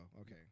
Okay